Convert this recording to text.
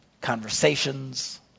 conversations